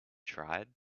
tried